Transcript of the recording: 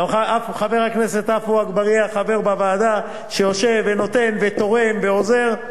חבר הכנסת עפו אגבאריה הוא חבר בוועדה שיושב ונותן ותורם ועוזר.